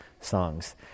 songs